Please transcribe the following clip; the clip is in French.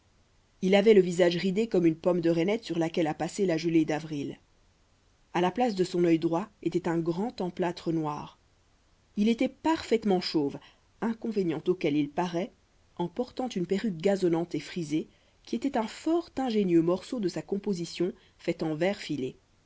il avait le visage ridé comme une pomme de reinette sur laquelle a passé la gelée d'avril à la place de son œil droit était un grand emplâtre noir il était parfaitement chauve inconvénient auquel il parait en portant une perruque gazonnante et frisée qui était un fort ingénieux morceau de sa composition fait en verre filé